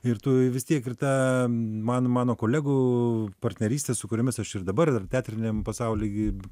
ir tu vis tiek it tą man mano kolegų partnerystė su kuriomis aš ir dabar teatriniam pasauly gi